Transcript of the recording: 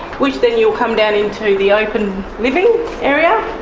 which then you will come down into the open living area.